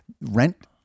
rent